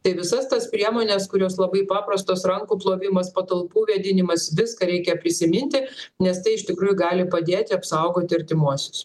tai visas tas priemones kurios labai paprastos rankų plovimas patalpų vėdinimas viską reikia prisiminti nes tai iš tikrųjų gali padėti apsaugoti artimuosius